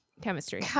chemistry